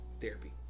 therapy